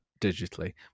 digitally